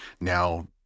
Now